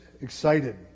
excited